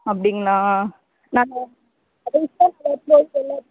அப்படிங்களா நான் கடைசியாக வரும்போது எல்லாத்தை